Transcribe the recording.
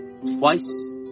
twice